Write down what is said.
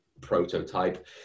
prototype